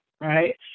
right